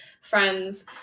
friends